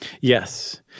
Yes